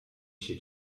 się